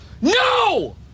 No